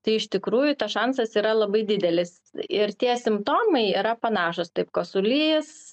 tai iš tikrųjų tas šansas yra labai didelis ir tie simptomai yra panašūs taip kosulys